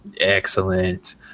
Excellent